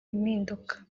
impinduka